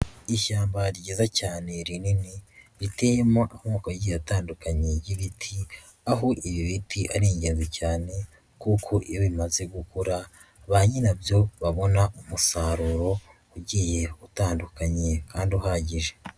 Ishyamba ryiza cyane rinini riteyemo amoko agiye atandukanye y'ibiti aho ibi biti ari ingenzi cyane, kuko iyo bimaze gukura ba nyirabyo babona umusaruro ugiye utandukanye kandi uhagije.